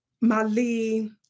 Mali